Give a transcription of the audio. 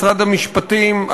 משרד המשפטים,